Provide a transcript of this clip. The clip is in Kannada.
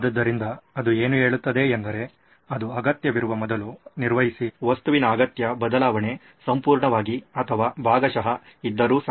ಆದ್ದರಿಂದ ಅದು ಏನು ಹೇಳುತ್ತದೆ ಎಂದರೆ ಅದು ಅಗತ್ಯವಿರುವ ಮೊದಲು ನಿರ್ವಹಿಸಿ ವಸ್ತುವಿನ ಅಗತ್ಯ ಬದಲಾವಣೆ ಸಂಪೂರ್ಣವಾಗಿ ಅಥವಾ ಭಾಗಶಃ ಇದ್ದರು ಸಹ